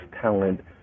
talent